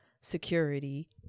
security